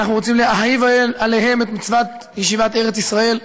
אנחנו רוצים להאהיב עליהם את מצוות ישיבת ארץ ישראל,